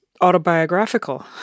autobiographical